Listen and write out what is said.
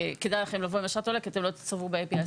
שכדאי לכם לבוא עם אשרת עולה כדי שלא תסורבו ב-API.